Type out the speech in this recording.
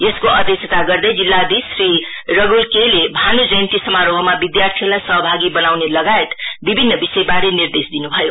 यसको अध्यक्षता गर्दै जिल्लाधीश श्री रघुल के ले भान् जयन्ती समारोहमा विद्यार्थीहरूलाई सहभागी बनाउने लगायत विभिन्न विषयबारे निर्देश दिन् भयो